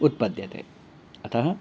उत्पद्यते अतः